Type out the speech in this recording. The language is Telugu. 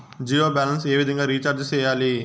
జియో బ్యాలెన్స్ ఏ విధంగా రీచార్జి సేయాలి?